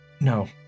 No